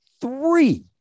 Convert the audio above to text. three